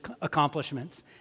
accomplishments